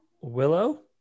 Willow